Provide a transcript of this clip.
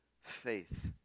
faith